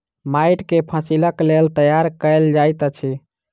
माइट के फसीलक लेल तैयार कएल जाइत अछि